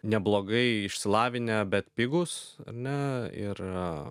neblogai išsilavinę bet pigūs ar ne ir